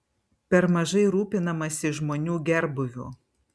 per mažai rūpinamasi žmonių gerbūviu